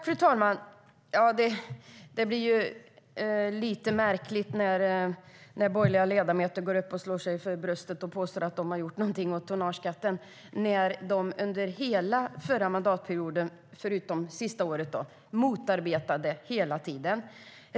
Fru talman! Det blir lite märkligt när borgerliga ledamöter går upp och slår sig för bröstet och påstår att de har gjort något åt tonnageskatten när de under hela förra mandatperioden, bortsett från det sista året, motarbetade den.